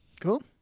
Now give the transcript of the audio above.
cool